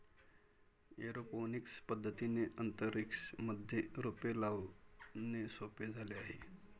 aeroponics पद्धतीने अंतरिक्ष मध्ये रोपे लावणे सोपे झाले आहे